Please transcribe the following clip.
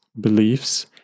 beliefs